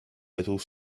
little